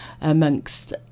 amongst